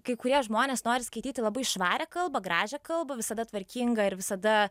kai kurie žmonės nori skaityti labai švarią kalbą gražią kalbą visada tvarkingą ir visada